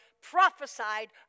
prophesied